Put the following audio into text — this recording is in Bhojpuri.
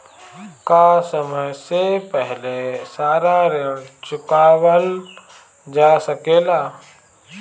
का समय से पहले सारा ऋण चुकावल जा सकेला?